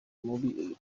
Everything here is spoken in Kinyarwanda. mubi